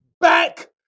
back